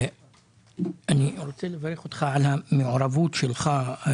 אני רוצה לברך אותך על המעורבות שלך.